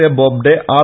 A Bobde R